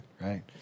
right